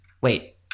Wait